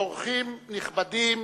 אורחים נכבדים,